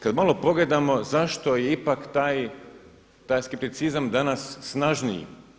Kada malo pogledamo zašto je ipak taj skepticizam danas snažniji?